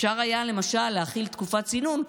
אפשר היה למשל להחיל תקופת צינון,